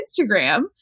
Instagram